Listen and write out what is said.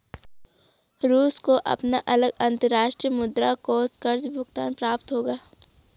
रूस को अपना अगला अंतर्राष्ट्रीय मुद्रा कोष कर्ज़ भुगतान प्राप्त होगा